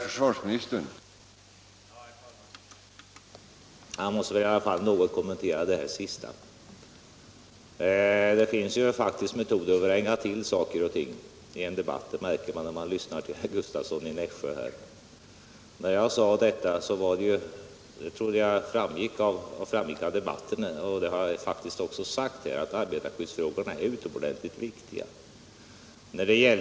Herr talman! Jag måste något kommentera det senaste inlägget. Det finns metoder att vränga till saker och ting i en debatt — det märker man när man lyssnar till herr Gustavsson i Nässjö. Jag har faktiskt sagt här i debatten att arbetarskyddsfrågorna är utomordentligt viktiga.